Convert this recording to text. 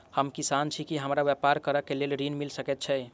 हम किसान छी की हमरा ब्यपार करऽ केँ लेल ऋण मिल सकैत ये?